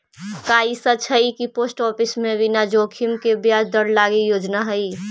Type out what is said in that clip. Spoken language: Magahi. का ई सच हई कि पोस्ट ऑफिस में बिना जोखिम के ब्याज दर लागी योजना हई?